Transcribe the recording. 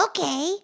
Okay